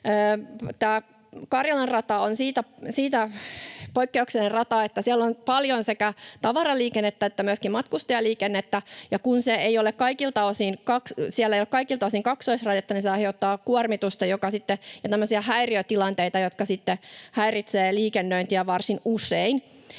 Karjalan rata on siitä poikkeuksellinen rata, että siellä on paljon sekä tavaraliikennettä että myöskin matkustajaliikennettä, ja kun siellä ei ole kaikilta osin kaksoisraidetta, niin se aiheuttaa kuormitusta ja tämmöisiä häiriötilanteita, jotka sitten häiritsevät liikennöintiä varsin usein.